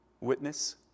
witness